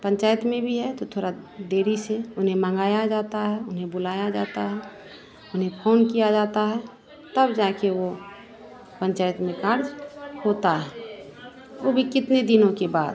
पंचायत में वी है तो थोड़ा देरी से उन्हें मँगाया जाता है उन्हें बुलाया जाता है उन्हें फोन किया जाता है तब जा कर वो पंचायत में कार्य होता है वो भी कितने दिनों के बाद